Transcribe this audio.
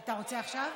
אתה רוצה עכשיו?